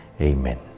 Amen